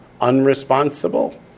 unresponsible